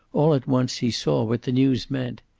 all at once he saw what the news meant.